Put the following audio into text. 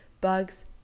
bugs